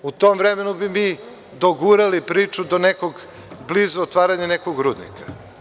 U tom vremenu bi mi dogurali priču do nekog blizu otvaranja nekog rudnika.